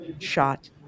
shot